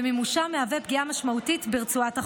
ומימושם מהווה פגיעה משמעותית ברצועת החוף.